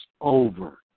over